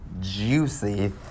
juicy